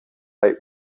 bei